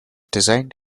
designed